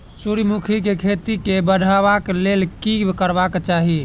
सूर्यमुखी केँ खेती केँ बढ़ेबाक लेल की करबाक चाहि?